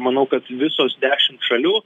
manau kad visos dešimt šalių